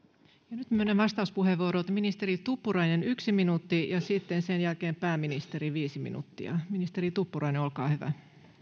ja nyt myönnän vastauspuheenvuorot ministeri tuppurainen yksi minuutti ja sitten sen jälkeen pääministeri viisi minuuttia ministeri tuppurainen olkaa hyvä